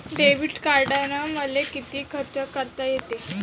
Debit कार्डानं मले किती खर्च करता येते?